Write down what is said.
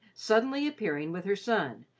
suddenly appearing with her son,